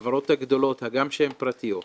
החברות הגדולות, הגם שהן פרטיות,